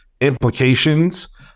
implications